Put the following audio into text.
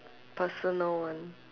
personal one